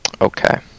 Okay